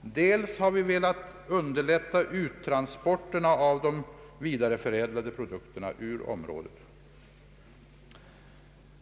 dels har vi velat underlätta uttransporterna av de vidareförädlade produkterna ur området.